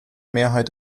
mehrheit